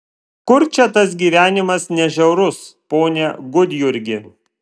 kur čia tas gyvenimas ne žiaurus pone gudjurgi